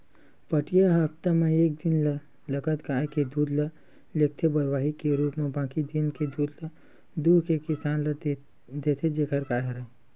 पहाटिया ह हप्ता म एक दिन लगत गाय के दूद ल लेगथे बरवाही के रुप म बाकी दिन के दूद ल दुहू के किसान ल देथे जेखर गाय हरय